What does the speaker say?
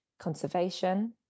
Conservation